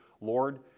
Lord